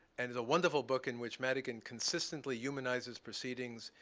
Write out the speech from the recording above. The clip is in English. and is a wonderful book in which madigan consistently humanizes proceedings.